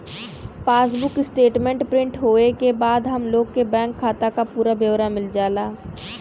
passbook statement print होये के बाद हम लोग के बैंक खाता क पूरा ब्यौरा मिल जाला